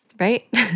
Right